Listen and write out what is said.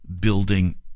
building